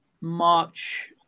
March